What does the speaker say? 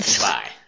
Bye